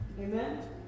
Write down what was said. Amen